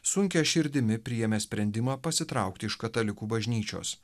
sunkia širdimi priėmė sprendimą pasitraukti iš katalikų bažnyčios